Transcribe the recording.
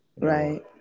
right